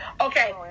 Okay